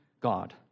God